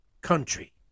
country